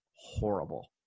horrible